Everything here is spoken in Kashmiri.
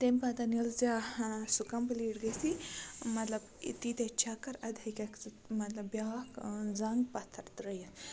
تَمہِ پَتہٕ ییٚلہِ ژےٚ سُہ کَمپٕلیٖٹ گٔژھی مطلب تیٖتیٛاہ چَکَر اَدٕ ہیٚکَکھ ژٕ مطلب بیٛاکھ زنٛگ پَتھَر ترٛٲیِتھ